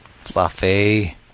Fluffy